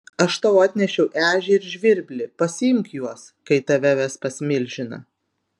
aš tau atnešiau ežį ir žvirblį pasiimk juos kai tave ves pas milžiną